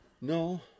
No